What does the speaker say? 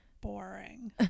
boring